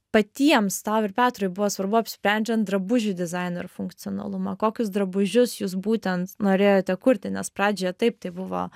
patiems tau ir petrui buvo svarbu apsprendžiant drabužių dizainą ir funkcionalumą kokius drabužius jūs būtent norėjote kurti nes pradžioje taip tai buvo